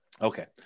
Okay